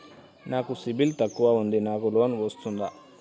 నాకు సిబిల్ తక్కువ ఉంది నాకు లోన్ వస్తుందా?